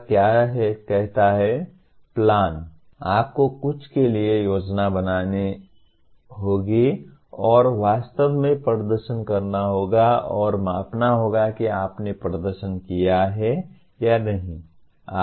यह क्या कहता है प्लान आपको कुछ के लिए योजना बनानी होगी और वास्तव में प्रदर्शन करना होगा और मापना होगा कि आपने प्रदर्शन किया है या नहीं